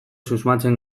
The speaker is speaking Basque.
susmatzen